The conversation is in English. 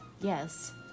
Yes